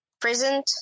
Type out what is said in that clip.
prisoned